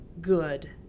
good